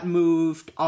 moved